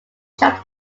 shouted